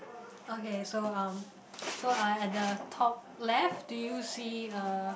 okay so um so uh at the top left do you see a